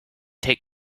take